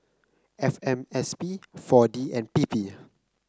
F M S P four D and P P